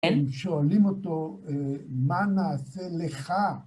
הם שואלים אותו, מה נעשה לך?